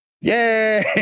yay